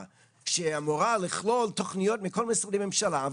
שאמורה לכלול תוכניות מכל משרדי הממשלה,